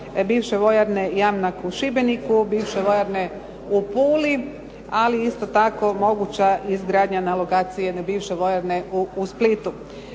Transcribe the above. bivše vojarne Jamnak u Šibeniku, bivše vojarne u Puli ali isto tako moguća izgradnja na lokaciji jedne bivše vojarne u Splitu.